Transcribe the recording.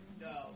No